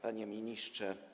Panie Ministrze!